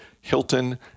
Hilton